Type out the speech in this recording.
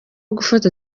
gufata